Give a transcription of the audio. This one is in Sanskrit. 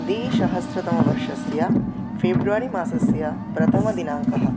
द्विसहस्रतमवर्षस्य फेब्रुवरीमासस्य प्रथमदिनाङ्कः